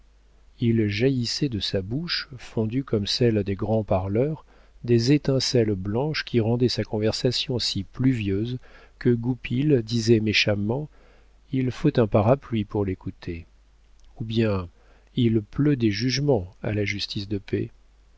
il jaillissait de sa bouche fendue comme celle des grands parleurs des étincelles blanches qui rendaient sa conversation si pluvieuse que goupil disait méchamment il faut un parapluie pour l'écouter ou bien il pleut des jugements à la justice de paix